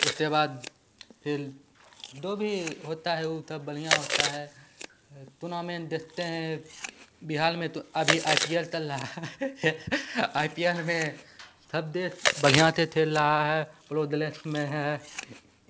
उसके बाद फिर जो भी होता है वो सब बढ़िया होता है तुनामेंत देखते हैं बिहार में तो अभी आई पी एल चल रहा है आई पी एल में सब से बढ़िया से खेल रहा है प्लोदेलेथ में है